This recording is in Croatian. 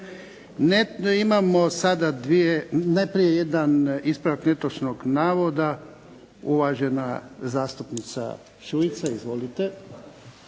imamo sada dvije, najprije jedan ispravak netočnog navoda uvažena zastupnica Šuica. Izvolite.